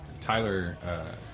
Tyler